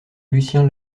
lucien